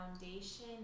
foundation